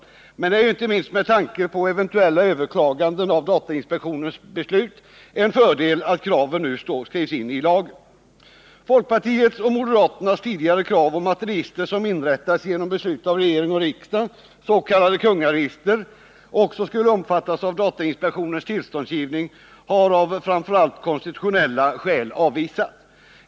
Det är emellertid inte minst med tanke på eventuella överklaganden av datainspektionens beslut en fördel att kraven nu skrivs in i datalagen. Folkpartiets och moderaternas tidigare krav på att register som inrättas genom beslut av regering eller riksdag, s.k. kungaregister, också skulle omfattas av datainspektionens tillståndsgivning har av framför allt konstitutionella skäl avvisats.